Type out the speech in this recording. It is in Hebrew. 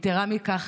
יתרה מכך,